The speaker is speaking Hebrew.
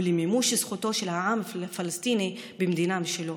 ולמימוש זכותו של העם הפלסטיני למדינה משלו.